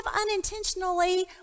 unintentionally